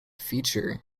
feature